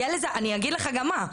אני אגיד לך גם מה.